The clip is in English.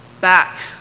back